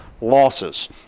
losses